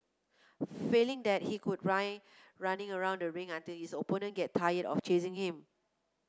failing that he could run running around the ring until his opponent get tired of chasing him